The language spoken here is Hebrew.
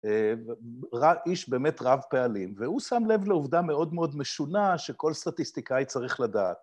איש באמת רב פעלים, והוא שם לב לעובדה מאוד מאוד משונה שכל סטטיסטיקאי צריך לדעת.